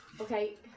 Okay